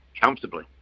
comfortably